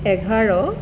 এঘাৰ